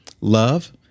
love